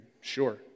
sure